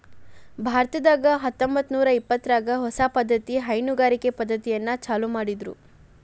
ಭಾರತದಾಗ ಹತ್ತಂಬತ್ತನೂರಾ ಇಪ್ಪತ್ತರಾಗ ಹೊಸ ಪದ್ದತಿಯ ಹೈನುಗಾರಿಕೆ ಪದ್ದತಿಯನ್ನ ಚಾಲೂ ಮಾಡಿದ್ರು